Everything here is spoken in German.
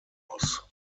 aus